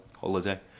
holiday